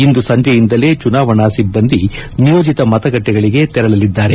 ಇಂದು ಸಂಜೆಯಿಂದಲೇ ಚುನಾವಣಾ ಸಿಬ್ಬಂದಿ ನಿಯೋಜಿತ ಮತಗಟ್ಟೆಗಳಿಗೆ ತೆರಳಲಿದ್ದಾರೆ